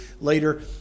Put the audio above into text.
Later